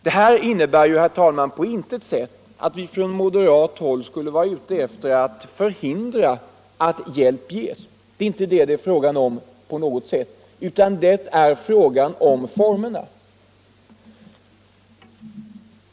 Det här innebär ju, herr talman, på intet sätt att vi från moderat håll skulle vara ute efter att förhindra att hjälp ges. Det är inte det det är fråga om på något sätt, utan det gäller formerna.